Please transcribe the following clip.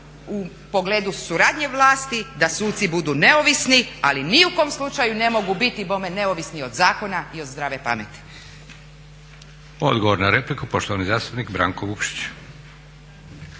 u pogledu suradnje vlasti da suci budu neovisni ali ni u kom slučaju ne mogu biti bome neovisni od zakona i od zdrave pameti. **Leko, Josip (SDP)** Odgovor na repliku, poštovani zastupnik Branko Vukšić.